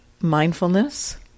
mindfulness